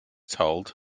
told